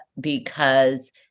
because-